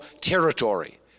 territory